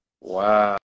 Wow